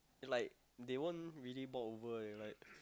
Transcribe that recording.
like they won't really walk over and like